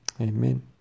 Amen